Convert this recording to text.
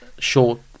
short